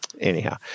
anyhow